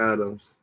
Adams